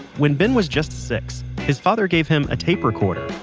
when ben was just six, his father gave him a tape recorder.